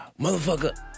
motherfucker